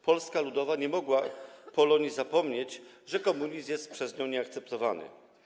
Polska Ludowa nie mogła Polonii zapomnieć, że komunizm jest przez nią nieakceptowany.